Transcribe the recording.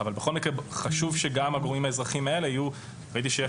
אבל בכל מקרה חשוב שגם גורמים האזרחיים האלה - ראיתי שיש